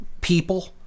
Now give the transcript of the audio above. people